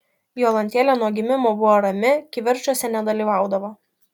jolantėlė nuo gimimo buvo rami kivirčuose nedalyvaudavo